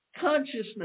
Consciousness